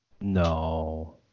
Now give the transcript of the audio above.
No